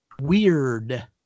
weird